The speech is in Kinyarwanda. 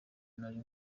nari